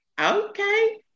Okay